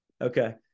Okay